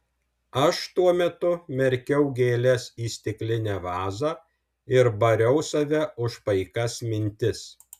aš tuo metu merkiau gėles į stiklinę vazą ir bariau save už paikas mintis